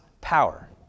power